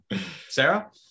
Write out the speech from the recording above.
Sarah